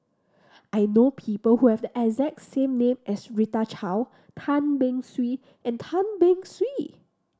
I know people who have the exact same name as Rita Chao Tan Beng Swee and Tan Beng Swee